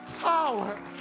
power